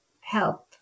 help